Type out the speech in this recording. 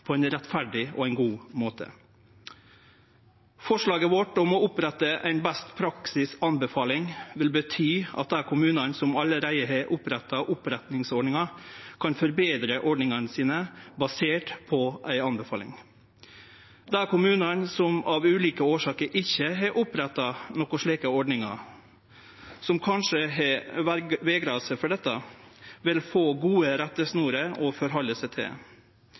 på ein rettferdig og god måte. Forslaget vårt om å opprette ei beste praksis-anbefaling vil bety at dei kommunane som allereie har oppretta oppreisingsordningar, kan forbetre ordningane sine basert på ei anbefaling. Dei kommunane som av ulike årsaker ikkje har oppretta slike ordningar, som kanskje har vegra seg for dette, vil få gode rettesnorer å halde seg til.